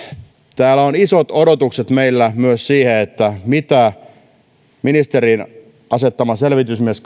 täällä on isot odotukset meillä myös sen suhteen mitä uusia toimenpidemalleja ministerin asettama selvitysmies